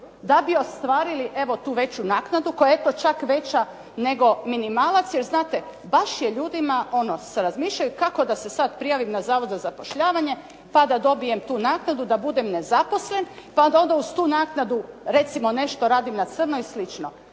da bi ostvarili evu tu veću naknadu koja je eto čak veća nego minimalac, jer znate, baš je ljudima ono, kako da se sada prijavim na Zavod za zapošljavanje pa da dobijem tu naknadu pa da budem nezaposlen, pa da onda uz tu naknadu recimo nešto radim na crno i